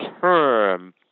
term